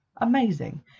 Amazing